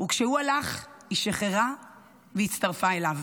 וכשהוא הלך, היא שחררה והצטרפה אליו.